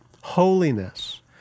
holiness